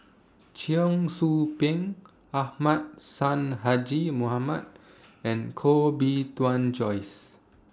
Cheong Soo Pieng Ahmad Sonhadji Mohamad and Koh Bee Tuan Joyce